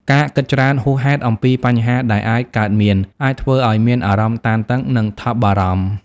ការគិតច្រើនហួសហេតុអំពីបញ្ហាដែលអាចកើតមាន អាចធ្វើឱ្យមានអារម្មណ៍តានតឹង និងថប់បារម្ភ។